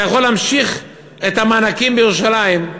כשאתה יכול להמשיך את מתן המענקים בירושלים,